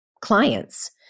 clients